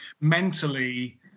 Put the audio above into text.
mentally